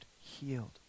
healed